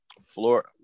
floor